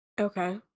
Okay